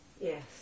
Yes